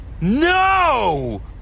No